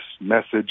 message